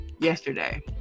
yesterday